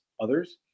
others